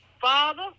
Father